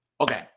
Okay